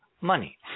money